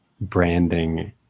branding